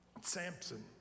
Samson